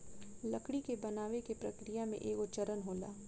लकड़ी के बनावे के प्रक्रिया में एगो चरण होला